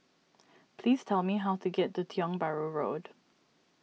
please tell me how to get to Tiong Bahru Road